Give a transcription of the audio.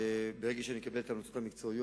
וברגע שאני אקבל את ההמלצות המקצועיות,